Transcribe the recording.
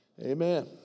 Amen